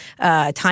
Time